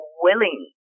willing